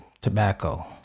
tobacco